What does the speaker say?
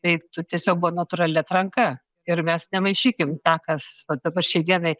tai tu tiesiog buvo natūrali atranka ir mes nemaišykim tą ką aš dabar šiai dienai